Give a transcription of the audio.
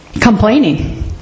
complaining